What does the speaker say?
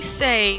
say